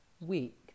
week